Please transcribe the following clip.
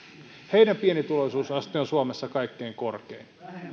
heidän pienituloisuusasteensa on suomessa kaikkein korkein